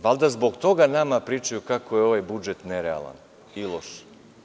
Valjda zbog toga nama pričaju kako je ovaj budžet nerealan i loš.